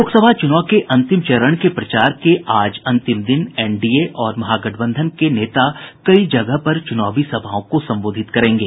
लोकसभा चुनाव के अंतिम चरण के प्रचार के आज अंतिम दिन एनडीए और महागठबंधन के नेता कई जगहों पर चूनावी सभाओं को संबोधित करेंगे